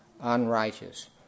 unrighteous